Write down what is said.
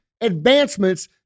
advancements